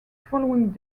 following